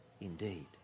indeed